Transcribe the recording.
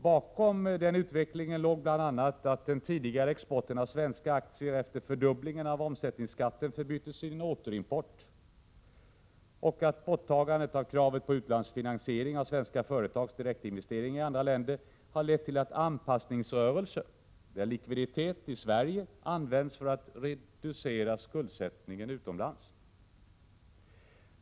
Bakom den utvecklingen låg bl.a. att den tidigare exporten av svenska aktier efter fördubblingen av omsättningsskatten förbyttes i en återimport och att borttagandet av kravet på utlandsfinansiering av svenska företags direktinvesteringar i andra länder har lett till anpassningsrörelser, där likviditet i Sverige används för att reducera skuldsättningen utomlands.